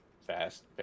fast